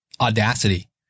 audacity